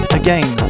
again